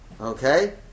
okay